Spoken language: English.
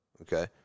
okay